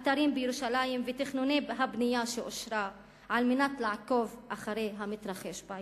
אתרים בירושלים ותכנוני הבנייה שאושרה על מנת לעקוב אחרי המתרחש בעיר,